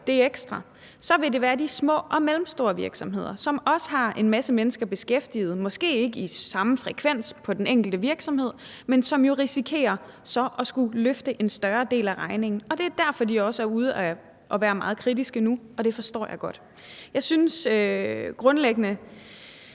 det ekstra, så vil det være de små og mellemstore virksomheder, som også har en masse mennesker beskæftiget, måske ikke i samme frekvens på den enkelte virksomhed, men som jo så risikerer at skulle løfte en større del af regningen. Og det er derfor, de også er ude at være meget kritiske nu, og det forstår jeg godt. Jeg synes grundlæggende,